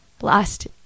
last